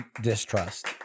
distrust